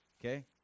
okay